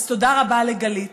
אז תודה רבה לגלית,